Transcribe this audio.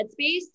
Headspace